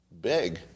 big